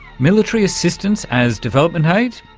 military assistance as development aid?